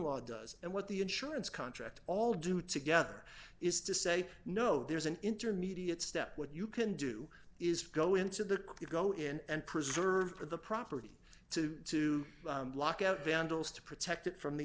law does and what the insurance contract all do together is to say no there's an intermediate step what you can do is go into the get go in and preserve the property to to block out vandals to protect it from the